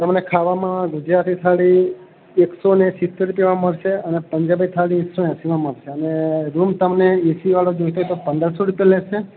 તમને ખાવામાં ગુજરાતી થાળી એકસો ને સિત્તેર રૂપિયામાં મળશે અને પંજાબી થાળી એકસો એંસીમાં મળશે અને રૂમ તમને એસીવાળો જોઈતો હોય તો પંદરસો રૂપિયા લેશે